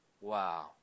Wow